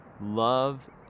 Love